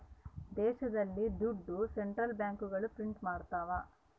ದೇಶದಲ್ಲಿ ದುಡ್ಡು ಸೆಂಟ್ರಲ್ ಬ್ಯಾಂಕ್ಗಳು ಪ್ರಿಂಟ್ ಮಾಡ್ತವ